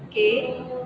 okay